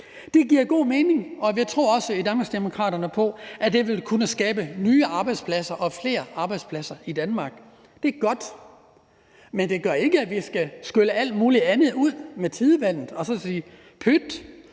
Det giver god mening, og vi tror også i Danmarksdemokraterne på, at det vil kunne skabe nye arbejdspladser og flere arbejdspladser i Danmark. Det er godt, men det gør ikke, at vi skal skylle alt muligt andet ud med badevandet og sige: Pyt